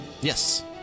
yes